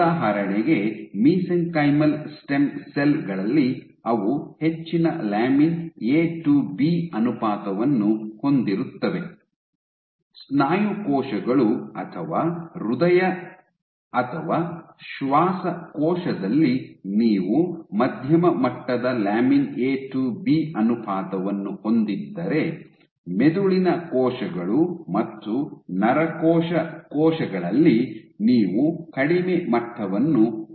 ಉದಾಹರಣೆಗೆ mesenchymal stem cell ಗಳಲ್ಲಿ ಅವು ಹೆಚ್ಚಿನ ಲ್ಯಾಮಿನ್ ಎ ಟು ಬಿ ಅನುಪಾತವನ್ನು ಹೊಂದಿರುತ್ತವೆ ಸ್ನಾಯು ಕೋಶಗಳು ಅಥವಾ ಹೃದಯ ಅಥವಾ ಶ್ವಾಸಕೋಶದಲ್ಲಿ ನೀವು ಮಧ್ಯಮ ಮಟ್ಟದ ಲ್ಯಾಮಿನ್ ಎ ಟು ಬಿ ಅನುಪಾತವನ್ನು ಹೊಂದಿದ್ದರೆ ಮೆದುಳಿನ ಕೋಶಗಳು ಮತ್ತು ನರಕೋಶ ಕೋಶಗಳಲ್ಲಿ ನೀವು ಕಡಿಮೆ ಮಟ್ಟವನ್ನು ಹೊಂದಿರುತ್ತೀರಿ